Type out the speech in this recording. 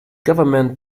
government